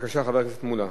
חבר הכנסת מולה,